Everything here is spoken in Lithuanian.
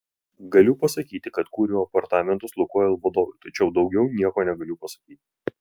galiu pasakyti kad kūriau apartamentus lukoil vadovui tačiau daugiau nieko negaliu pasakyti